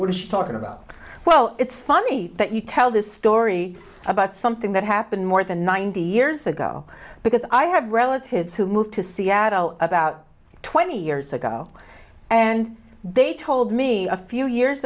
be talking about well it's funny that you tell this story about something that happened more than ninety years ago because i have relatives who moved to seattle about twenty years ago and they told me a few years